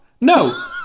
no